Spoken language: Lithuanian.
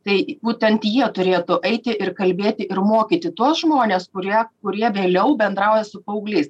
kai būtent jie turėtų eiti ir kalbėti ir mokyti tuos žmones kurie kurie vėliau bendrauja su paaugliais